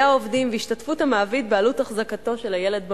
העובדים והשתתפות המעביד בעלות החזקתו של הילד במעון.